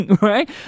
right